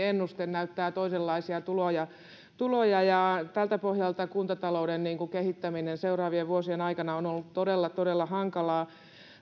ennuste näyttää toisenlaisia tuloja ja tältä pohjalta kuntatalouden kehittäminen seuraavien vuosien aikana on ollut todella todella hankalaa